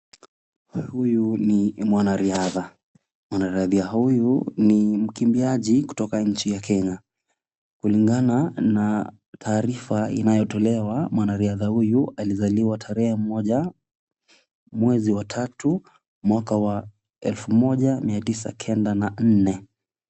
Huyu ni mwanariadha,. Mwanariadha huyu ni mkimbiaji kutoka nchi ya Kenya. Kulingana na taaruifa inayotolewa, mwanariadha huyu alialiwa tarehe moja, mwezi wa tatu mwaka wa elfu moja miatisa kenda na nne.